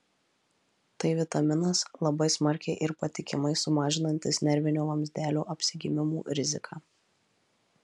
tai vitaminas labai smarkiai ir patikimai sumažinantis nervinio vamzdelio apsigimimų riziką